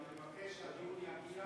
אני מבקש שהדיון יגיע